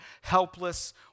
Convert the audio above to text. helpless